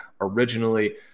originally